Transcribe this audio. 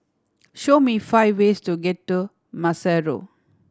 show me five ways to get to Maseru